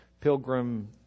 Pilgrim